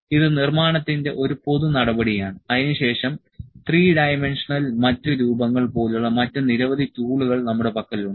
ഇത് നിർമ്മാണത്തിന്റെ ഒരു പൊതു നടപടിയാണ് അതിനുശേഷം ത്രീ ഡൈമെൻഷണൽ മറ്റ് രൂപങ്ങൾ പോലുള്ള മറ്റ് നിരവധി ടൂളുകൾ നമ്മുടെ പക്കലുണ്ട്